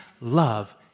love